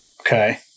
okay